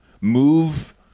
move